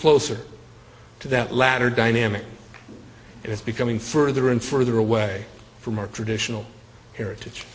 closer to that latter dynamic it's becoming further and further away from our traditional heritage